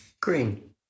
Green